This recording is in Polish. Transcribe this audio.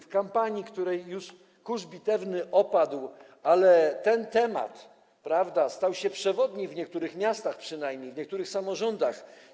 W kampanii, której już kurz bitewny opadł, ten temat stał się przewodni, w niektórych miastach przynajmniej, w niektórych samorządach.